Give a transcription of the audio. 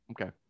Okay